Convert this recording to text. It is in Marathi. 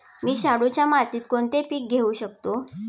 मी शाडूच्या मातीत कोणते पीक घेवू शकतो?